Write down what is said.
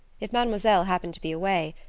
if mademoiselle happened to be away,